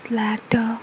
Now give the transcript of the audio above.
slater